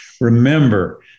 remember